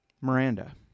Miranda